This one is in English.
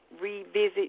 revisit